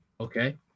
Okay